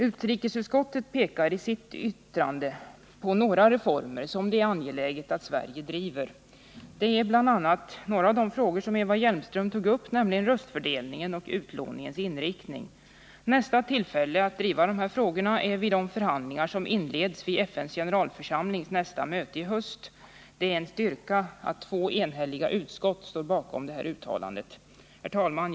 Utrikesutskottet pekar i sitt yttrande på några reformer som det är angeläget att Sverige driver. Det är bl.a. några av de frågor som Eva Hjelmström tog upp, nämligen röstfördelningen och utlåningens inriktning. Nästa tillfälle att driva dessa frågor är vid de förhandlingar som inleds vid FN:s generalförsamlings extra möte i höst. Det är då en styrka att två enhälliga utskott står bakom dessa uttalanden. Herr talman!